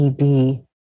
ED